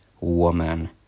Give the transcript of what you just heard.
woman